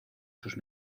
sus